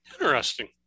interesting